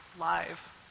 live